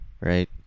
right